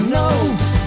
notes